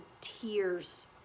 tears